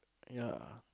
ya